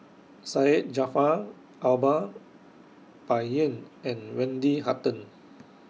Syed Jaafar Albar Bai Yan and Wendy Hutton